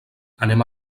anem